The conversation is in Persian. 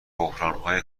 بحرانهای